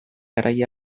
garai